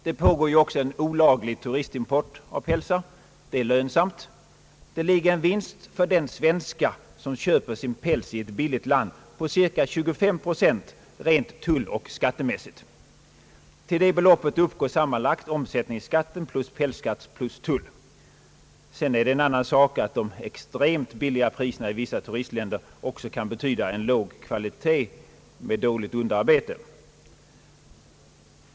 Det pågår en olaglig turistimport av pälsar. Det är lönsamt. Det ligger en vinst för den svenska som köper sin päls i ett billigt land på cirka 25 procent rent tulloch skattemässigt. Till den andelen uppgår sammanlagt omsättningsskatt, pälsskatt och tull. En annan sak är att de extremt låga priserna i vissa turistländer kan betyda låg kvalitet med dåligt underarbete.